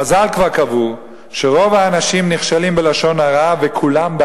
חז"ל כבר קבעו שרוב האנשים נכשלים בלשון הרע וכולם,